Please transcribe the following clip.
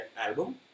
album